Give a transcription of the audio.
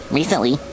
recently